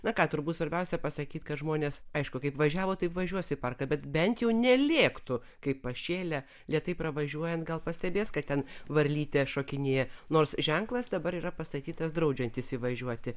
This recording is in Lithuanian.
na ką turbūt svarbiausia pasakyt kad žmonės aišku kaip važiavo taip važiuos į parką bet bent jau nelėktų kaip pašėlę lėtai pravažiuojant gal pastebės kad ten varlytė šokinėja nors ženklas dabar yra pastatytas draudžiantis įvažiuoti